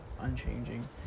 unchanging